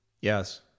Yes